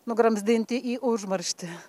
nugramzdinti į užmarštį